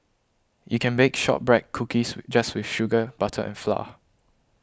you can bake Shortbread Cookies with just with sugar butter and flour